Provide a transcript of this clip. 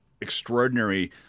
extraordinary